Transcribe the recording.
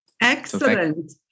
Excellent